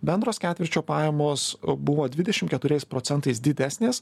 bendros ketvirčio pajamos buvo dvidešim keturiais procentais didesnės